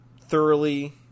thoroughly